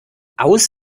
aus